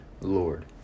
Lord